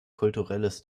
kulturelles